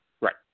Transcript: Right